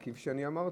וכפי שאני אמרתי,